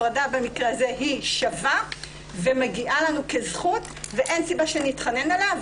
הפרדה במקרה הזה היא שווה ומגיעה לנו כזכות ואין סיבה שנתחנן אליה,